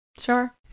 Sure